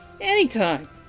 Anytime